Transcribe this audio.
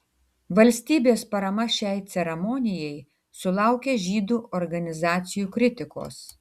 valstybės parama šiai ceremonijai sulaukė žydų organizacijų kritikos